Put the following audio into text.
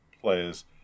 players